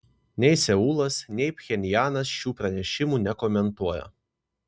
nei seulas nei pchenjanas šių pranešimų nekomentuoja